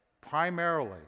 primarily